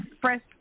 fresh